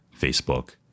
Facebook